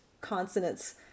consonants